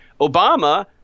Obama